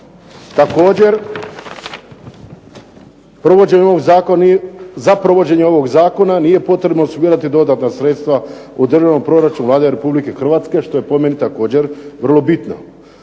Također za provođenje ovog zakona nije potrebno osigurati dodatna sredstva u Državnom proračunu Vlade Republike Hrvatske što je po meni također bitno.